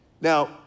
Now